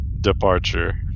departure